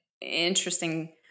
interesting